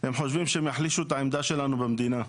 חושבים שיחלישו את העמדה שלנו במדינה,